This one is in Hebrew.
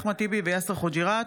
אחמד טיבי ויאסר חוג'יראת,